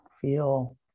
Feel